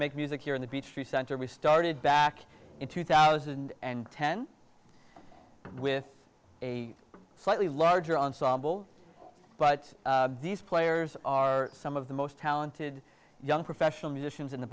make music here in the peachtree center we started back in two thousand and ten with a slightly larger ensemble but these players are some of the most talented young professional musicians in the